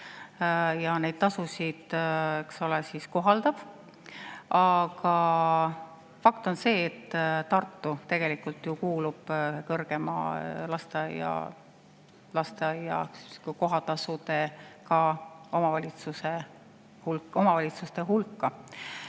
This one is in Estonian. ja neid tasusid kohaldab. Aga fakt on see, et Tartu tegelikult kuulub kõrgemate lasteaia kohatasudega omavalitsuste hulka.